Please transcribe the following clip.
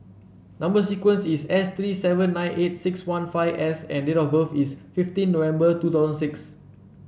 number sequence is S three seven nine eight six one five S and date of birth is fifteen November two thousand six